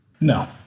No